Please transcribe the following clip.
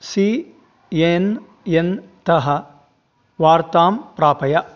C N N तः वार्तां प्रापय